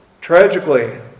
Tragically